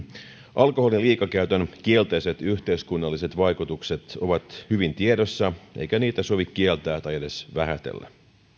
alkoholin liikakäytön kielteiset yhteiskunnalliset vaikutukset ovat hyvin tiedossa eikä niitä sovi kieltää tai edes vähätellä